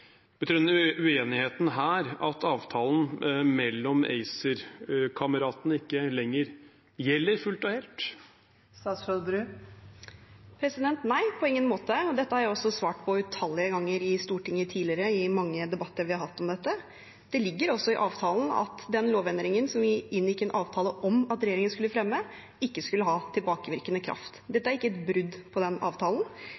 Betyr uenigheten her at avtalen mellom ACER-kameratene ikke lenger gjelder fullt og helt? Nei, på ingen måte. Det har jeg svart på utallige ganger i Stortinget tidligere, i mange debatter vi har hatt om dette. Det ligger også i avtalen at den lovendringen som vi inngikk en avtale om at regjeringen skulle fremme, ikke skulle ha tilbakevirkende kraft.